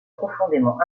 profondément